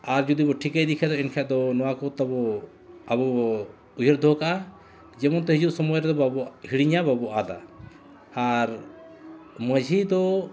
ᱟᱨ ᱡᱩᱫᱤ ᱵᱚᱱ ᱴᱷᱤᱠᱟᱹ ᱤᱫᱤ ᱠᱷᱟᱱ ᱫᱚ ᱮᱱᱠᱷᱟᱱ ᱫᱚ ᱱᱚᱣᱟ ᱠᱚ ᱛᱟᱵᱚᱱ ᱟᱵᱚ ᱵᱚᱱ ᱩᱭᱦᱟᱹᱨ ᱫᱚᱦᱚ ᱠᱟᱜᱼᱟ ᱡᱮᱢᱚᱱ ᱛᱮ ᱦᱤᱡᱩᱜ ᱥᱚᱢᱚᱭ ᱨᱮᱫᱚ ᱵᱟᱵᱚᱱ ᱦᱤᱲᱤᱧᱟ ᱵᱟᱵᱚᱱ ᱟᱫᱟ ᱟᱨ ᱢᱟᱺᱡᱷᱤ ᱫᱚ